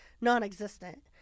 non-existent